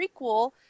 prequel